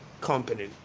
company